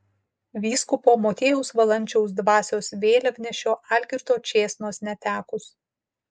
vyskupo motiejaus valančiaus dvasios vėliavnešio algirdo čėsnos netekus